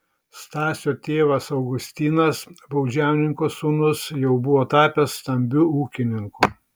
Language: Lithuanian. stasio tėvas augustinas baudžiauninko sūnus jau buvo tapęs stambiu ūkininku